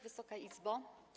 Wysoka Izbo!